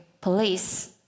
police